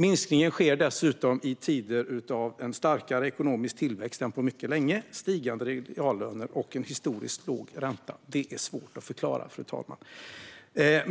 Minskningen sker dessutom i tider av en starkare ekonomisk tillväxt än på mycket länge, med stigande reallöner och med en historiskt låg ränta. Det, fru talman, är svårt att förklara.